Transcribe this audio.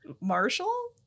Marshall